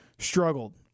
struggled